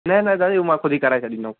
न न दादी उहा मां ख़ुदि ई कराए छॾींदुमि